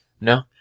No